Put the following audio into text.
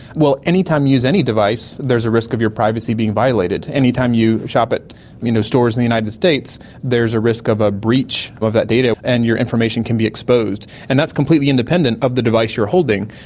well, any time you use any device there is a risk of your privacy being violated. any time you shop at you know stores in the united states there is a risk of a breach of that data and your information can be exposed, and that's completely independent of the device you're holding.